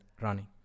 running